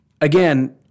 again